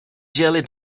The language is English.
jelly